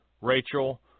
Rachel